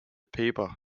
paper